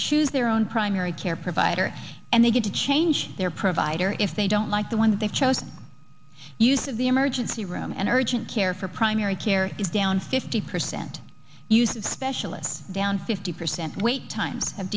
choose their own primary care provider and they get to change their provider if they don't like the one that they've chosen use of the emergency room and urgent care for primary care is down fifty percent used to specialists down fifty percent wait times have